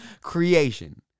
creation